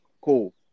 Cool